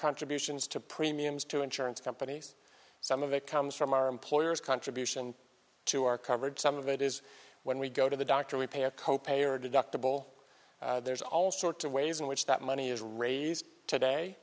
contributions to premiums to insurance companies some of it comes from our employers contribution to our coverage some of it is when we go to the doctor we pay a co pay or deductible there's all sorts of ways in which that money is raised today